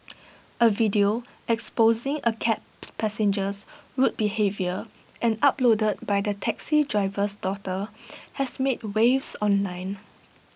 A video exposing A cabs passenger's rude behaviour and uploaded by the taxi driver's daughter has made waves online